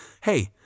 Hey